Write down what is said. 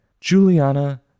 Juliana